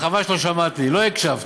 חבל שלא שמעת לי, לא הקשבת.